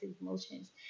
emotions